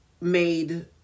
made